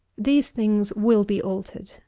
these things will be altered.